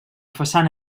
façana